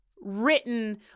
written